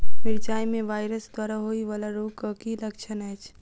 मिरचाई मे वायरस द्वारा होइ वला रोगक की लक्षण अछि?